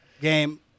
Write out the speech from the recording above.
game